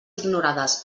ignorades